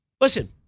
Listen